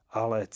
ale